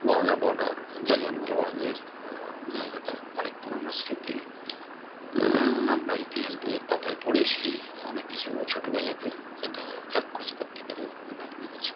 Wagah border জালিয়ানওয়ালাবাগের জায়গাটা অনেক পুরনো স্মৃতি আমরা ইতিহাস বইয়ের পাতায় পড়েছি অনেক কিছু ছোটবেলাতে সেটা চাক্ষুষ করতে পেরে খুবই ভালো লেগেছে